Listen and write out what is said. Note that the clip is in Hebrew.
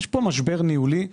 יש פה משבר ניהולי.